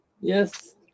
Yes